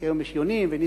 כי היום יש יונים ונצים,